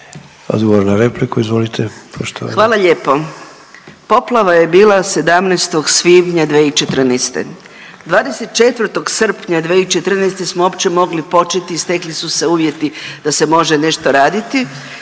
Hvala lijepo. Poplava je bila 17. svibnja 2014. 24. srpnja 2014. smo uopće mogli početi, stekli su se uvjeti da se može nešto raditi